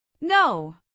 No